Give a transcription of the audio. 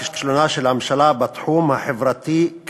כישלונה של הממשלה בתחום החברתי-כלכלי.